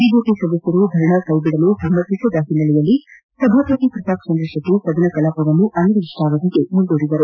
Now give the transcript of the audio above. BJP ಸದಸ್ಯರು ಧರಣಾ ಕ್ಶೈಬಿಡಲು ಸಮ್ಮತಿಸದ ಹಿನ್ನೆಲೆಯಲ್ಲಿ ಸಭಾಪತಿ ಪ್ರತಾಪ್ಚಂದ್ರ ಶೆಟ್ಟಿ ಸದನ ಕಲಾಪವನ್ನು ಅನಿರ್ದಿಷ್ಟಾವಧಿಗೆ ಮುಂದೂಡಿದರು